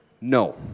No